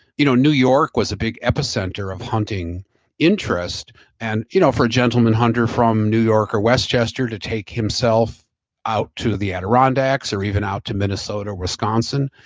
you know new york was a big epicenter of hunting interest and you know for a gentleman hunter from new york or westchester to take himself out to the adirondacks or even out to minnesota wisconsin,